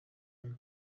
این